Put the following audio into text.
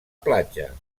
platja